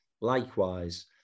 likewise